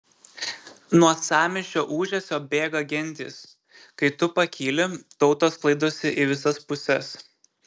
nuo sąmyšio ūžesio bėga gentys kai tu pakyli tautos sklaidosi į visas puses